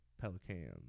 Pelicans